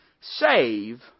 save